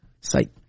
site